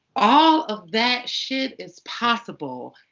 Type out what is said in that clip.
all of that shit is possible.